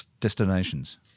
destinations